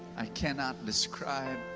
i cannot describe